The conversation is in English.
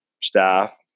staff